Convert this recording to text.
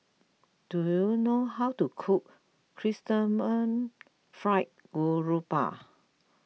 do you know how to cook Chrysanthemum Fried Garoupa